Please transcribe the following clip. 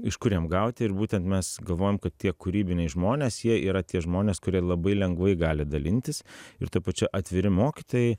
iš kur jam gauti ir būtent mes galvojam kad tie kūrybiniai žmonės jie yra tie žmonės kurie labai lengvai gali dalintis ir tuo pačiu atviri mokytojai